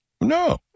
No